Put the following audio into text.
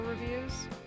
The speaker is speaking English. reviews